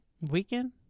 Weekend